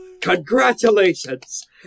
Congratulations